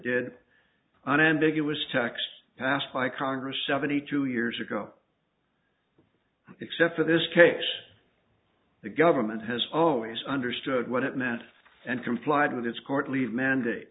did on ambiguous tax passed by congress seventy two years ago except for this case the government has always understood what it meant and complied with its court leave mandate